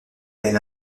elle